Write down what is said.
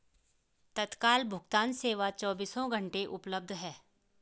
तत्काल भुगतान सेवा चोबीसों घंटे उपलब्ध है